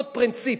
עוד פרינציפ.